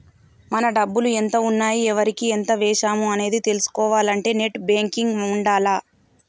మన డబ్బులు ఎంత ఉన్నాయి ఎవరికి ఎంత వేశాము అనేది తెలుసుకోవాలంటే నెట్ బ్యేంకింగ్ ఉండాల్ల